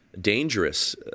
dangerous